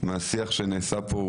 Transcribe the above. מהשיח שמתקיים פה,